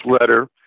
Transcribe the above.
letter